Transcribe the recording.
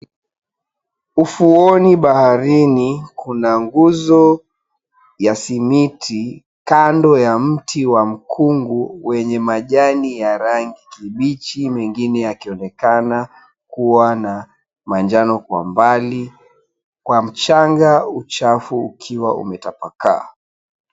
Ufuoni baharini kuna nguzo ya simiti kando ya mti wa mkungu wenye majani ya rangi kibichi mengine yakionekana kuwa na manjano kwa mbali, kwa mchanga uchafu ukiwa umetapakaa.